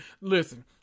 Listen